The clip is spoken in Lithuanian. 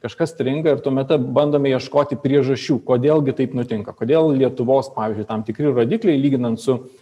kažkas stringa ir tuomet bandome ieškoti priežasčių kodėl gi taip nutinka kodėl lietuvos pavyzdžiui tam tikri rodikliai lyginant su